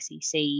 SEC